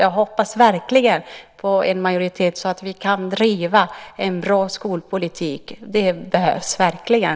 Jag hoppas på en majoritet så att vi kan driva en bra skolpolitik. Det behövs verkligen.